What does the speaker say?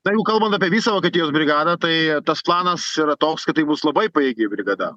jeigu kalbant apie visą vokietijos brigadą tai tas planas yra toks kad tai bus labai pajėgi brigada